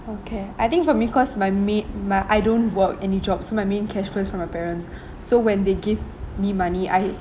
okay I think for me cause my mai~ my I don't work any jobs so my main cashflow is from my parents so when they give me money I